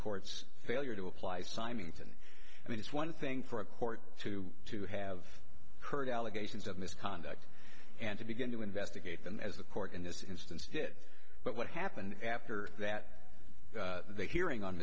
court's failure to apply simonton i mean it's one thing for a court to to have heard allegations of misconduct and to begin to investigate them as the court in this instance did but what happened after that they hearing on